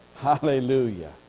Hallelujah